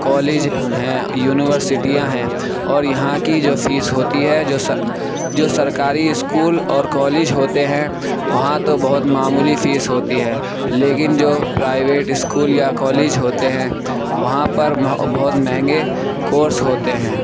college ہیں یونیورسٹیاں ہیں اور یہاں کی جو فیس ہوتی ہے جو سا جو سرکاری اسکول اور کالج ہوتے ہیں وہاں تو بہت معمولی فیس ہوتی ہے لیکن جو پرائیویٹ اسکول یا کالج ہوتے ہیں وہاں پر بہت مہنگے کورس ہوتے ہیں